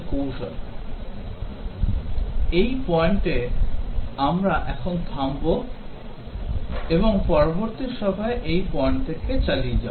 Glossary English Word Word Meaning Program program program software testing software testing software পরীক্ষা bug bug bug